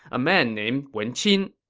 a man named wen qin.